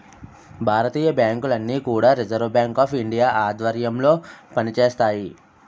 భారతీయ బ్యాంకులన్నీ కూడా reserve bank of India ఆధ్వర్యంలో పనిచేస్తాయి